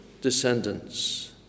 descendants